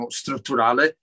strutturale